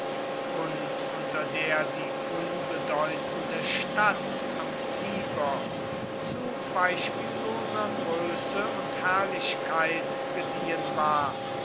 und unter der die unbedeutende stadt am tiber zu beispielloser größe und herrlichkeit gediehen war